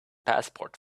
passport